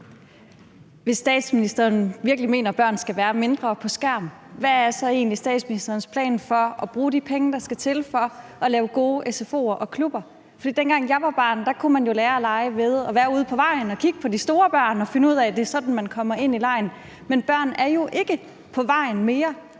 Hvis statsministeren virkelig mener, at børn skal være mindre på skærm, hvad er så egentlig statsministerens plan for at bruge de penge, der skal til for at lave gode sfo'er og klubber? For dengang jeg var barn, kunne man lære at lege ved at være ude på vejen og kigge på de store børn og finde ud af, hvordan man kom ind i legen, men børn er jo ikke på vejen mere,